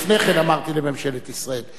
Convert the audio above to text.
לפני כן אמרתי לממשלת ישראל.